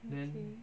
okay